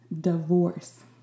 divorce